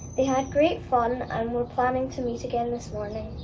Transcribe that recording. they had great fun and were planning to meet again this morning.